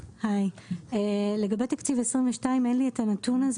לגבי תקציב 2022, אין לי נתון.